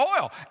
oil